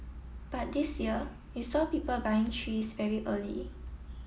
but this year we saw people buying trees very early